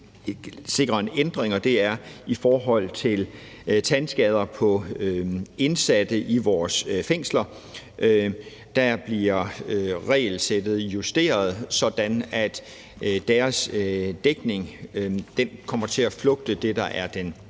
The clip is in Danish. sikrer en ændring, og det er i forhold til tandskader på indsatte i vores fængsler. Der bliver regelsættet justeret, sådan at deres dækning kommer til at flugte det, der er den